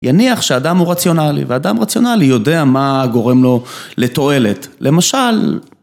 יניח שאדם הוא רציונלי, ואדם רציונלי יודע מה גורם לו לתועלת, למשל...